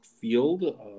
field